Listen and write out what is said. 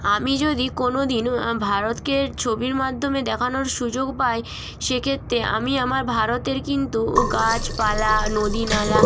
আমি যদি কোনো দিন ভারতকে ছবির মাধ্যমে দেখানোর সুযোগ পাই সেক্ষেত্রে আমি আমার ভারতের কিন্তু গাছপালা নদী নালা